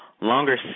longer